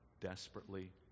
desperately